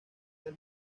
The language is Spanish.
del